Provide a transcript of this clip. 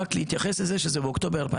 רק להתייחס לזה שזה ב-2018.